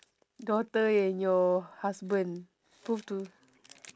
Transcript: daughter and your husband prove to